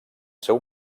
seu